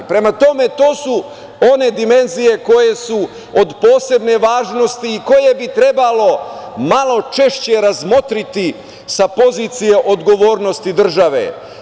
Prema tome, to su one dimenzije koje su od posebne važnosti koje bi trebalo malo češće razmotriti sa pozicija odgovornosti države.